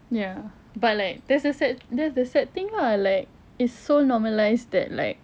ya but like that's the sad that's the sad thing lah like it's so normalized that like